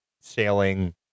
sailing